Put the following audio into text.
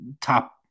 top